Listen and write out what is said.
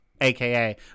aka